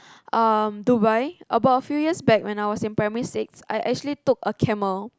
um Dubai about a few years a back when I was in primary six I actually took a camel